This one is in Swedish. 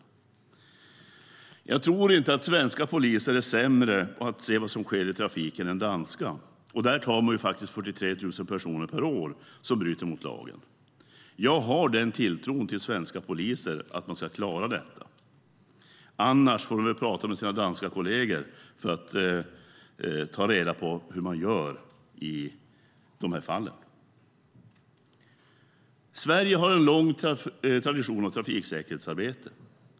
Men jag tror inte att svenska poliser är sämre på att se vad som sker i trafiken än danska, och där tar man faktiskt 43 000 personer per år som bryter mot lagen. Jag har den tilltron till svenska poliser att de kan klara detta. Annars får de väl prata med sina danska kolleger för att ta reda på hur man gör i sådana här fall. Sverige har en lång tradition av trafiksäkerhetsarbete.